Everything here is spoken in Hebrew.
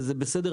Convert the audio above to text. זה בסדר,